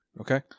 Okay